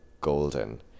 golden